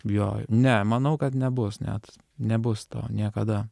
jo ne manau kad nebus net nebus to niekada